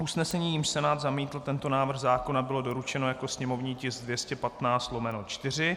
Usnesení, jímž Senát zamítl tento návrh zákona, bylo doručeno jako sněmovní tisk 215/4.